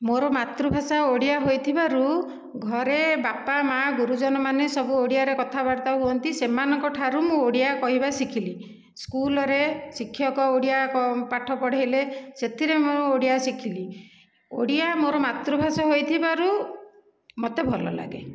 ମୋର ମାତୃଭାଷା ଓଡ଼ିଆ ହୋଇଥିବାରୁ ଘରେ ବାପା ମା' ଗୁରୁଜନ ମାନେ ସବୁ ଓଡ଼ିଆରେ କଥାବାର୍ତ୍ତା ହୁଅନ୍ତି ସେମାନଙ୍କଠାରୁ ମୁଁ ଓଡ଼ିଆ କହିବା ଶିଖିଲି ସ୍କୁଲରେ ଶିକ୍ଷକ ଓଡ଼ିଆ ପାଠ ପଢ଼େଇଲେ ସେଥିରେ ମୁଁ ଓଡ଼ିଆ ଶିଖିଲି ଓଡ଼ିଆ ମୋର ମାତୃଭାଷା ହୋଇଥିବାରୁ ମୋତେ ଭଲ ଲାଗେ